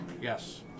Yes